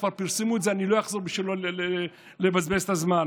שכבר פרסמו את זה ואני לא אחזור בשביל לא לבזבז את הזמן: